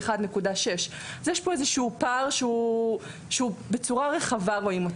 1.6. יש פה פער שרואים אותו בצורה רחבה.